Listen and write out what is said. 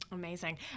Amazing